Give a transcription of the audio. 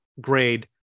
grade